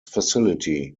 facility